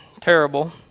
terrible